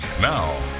Now